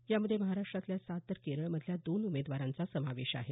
यामध्ये महाराष्ट्रातल्या सात तर केरळमधल्या दोन उमेदवारांचा समावेश आहे